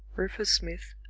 rufus smith,